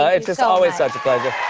ah it's just always such a pleasure.